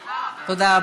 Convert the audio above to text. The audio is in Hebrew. תודה.